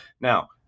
Now